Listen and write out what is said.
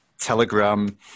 telegram